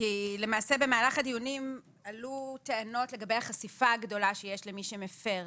למעשה במהלך הדיונים עלו טענות לגבי החשיפה הגדולה שיש למי שמפר,